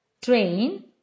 Train